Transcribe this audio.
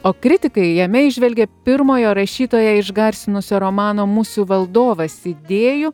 o kritikai jame įžvelgė pirmojo rašytoją išgarsinusio romano musių valdovas idėjų